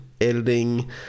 editing